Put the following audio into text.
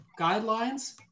guidelines